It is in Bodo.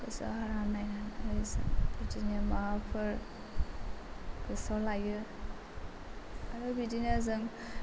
गोसो होनानै नायनानैहाय बिदिनो माबाफोर गोसोआव लायो आरो बिदिनो जों